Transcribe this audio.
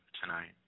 tonight